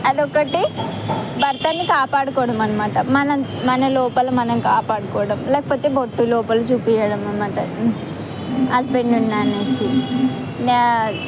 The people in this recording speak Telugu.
అది ఒకటి భర్తని కాపాడుకోవడం అన్నమాట మనం మన లోపల మనం కాపాడుకోవడం లేకపోతే బొట్టు లోపల చూపించడం అన్నమాట హస్బెండ్ ఉన్నాడు అని యా